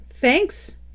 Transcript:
thanks